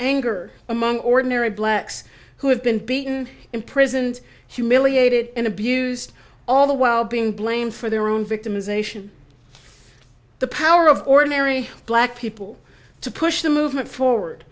anger among ordinary blacks who have been beaten imprisoned humiliated and abused all the while being blamed for their own victimization the power of ordinary black people to push the movement forward